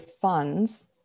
funds